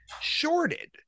shorted